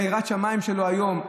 מה יראת השמיים שלו היום,